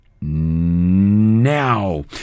now